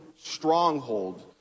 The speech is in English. stronghold